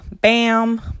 bam